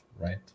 right